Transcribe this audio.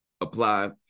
apply